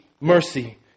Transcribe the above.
mercy